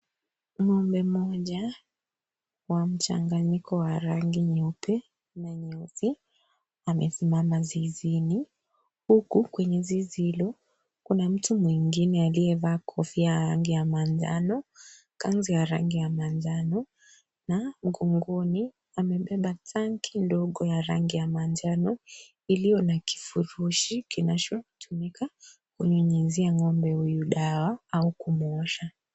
Ng'ombe mmoja wa mchanganyiko wa rangi nyeupe na nyeusi amesimama zizini huku kwenye zizi hilo kuna mtu mwengine aliyevaa kofia ya rangi ya manjano. kanzu ya rangi ya manjano na mgongoni amebeba tanki ndogo ya rangi ya manjano iliyo na kifurushi kinachotumika kunyunyizia ng'ombe huyu dawa au kumwosha.